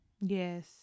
Yes